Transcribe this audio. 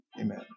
Amen